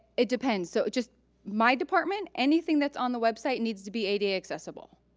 it depends. so just my department, anything that's on the website needs to be ada accessible.